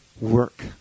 work